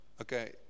Okay